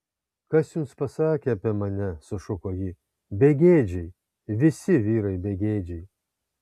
kas jums pasakė apie mane sušuko ji begėdžiai visi vyrai begėdžiai